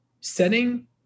setting